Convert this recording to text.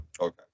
Okay